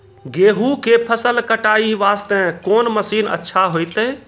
गेहूँ के फसल कटाई वास्ते कोंन मसीन अच्छा होइतै?